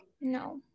No